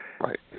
Right